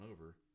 over